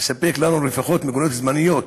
ספק לנו לפחות מיגוניות זמניות,